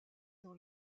dans